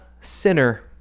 Sinner